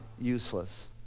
useless